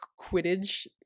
quidditch